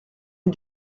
est